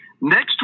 next